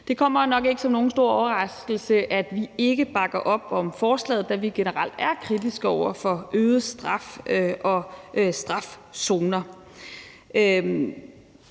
Det kommer nok ikke som nogen stor overraskelse, at vi ikke bakker op om forslaget, da vi generelt er kritiske over for øget straf og strafzoner.